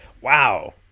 wow